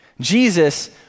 Jesus